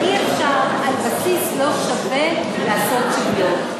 אי-אפשר על בסיס לא שווה לעשות שוויון.